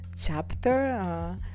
chapter